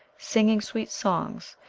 singing sweet songs,